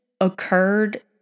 occurred